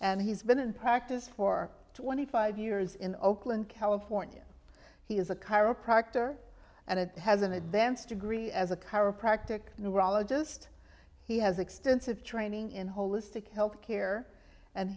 and he's been in practice for twenty five years in oakland california he is a chiropractor and it has an advanced degree as a chiropractic neurologist he has extensive training in holistic health care and